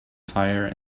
fire